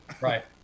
Right